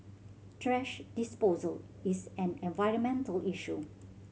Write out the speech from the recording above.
trash disposal is an environmental issue